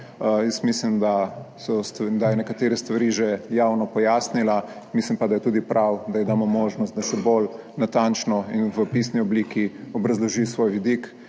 mislim, da je nekatere stvari že javno pojasnila, mislim pa, da je tudi prav, da ji damo možnost, da še bolj natančno in v pisni obliki obrazloži svoj vidik.